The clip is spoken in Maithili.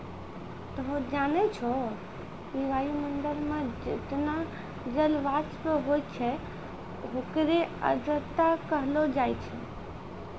तोहं जानै छौ कि वायुमंडल मं जतना जलवाष्प होय छै होकरे आर्द्रता कहलो जाय छै